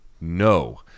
No